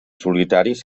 solitaris